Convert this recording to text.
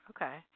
Okay